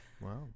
wow